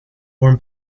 born